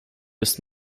ist